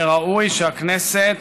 הרי ראוי שהכנסת